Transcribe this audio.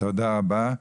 תודה רבה.